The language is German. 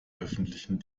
öffentlichen